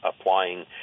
applying